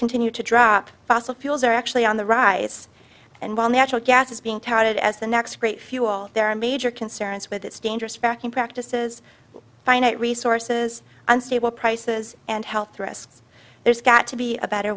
continue to drop fossil fuels are actually on the rise and while natural gas is being touted as the next great fuel there are major concerns with this dangerous fracking practices finite resources unstable prices and health risks there's got to be a better